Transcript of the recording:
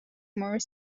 more